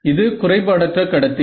இது குறைபாடற்ற கடத்தி